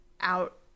out